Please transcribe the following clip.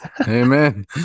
amen